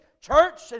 church